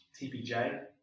TPJ